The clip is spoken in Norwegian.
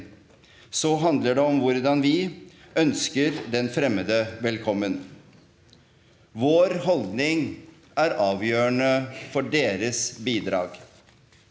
handler det om hvordan vi ønsker den fremmede velkommen. Vår holdning er avgjørende for deres bidrag.